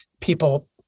people